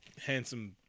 handsome